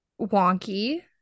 wonky